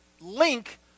link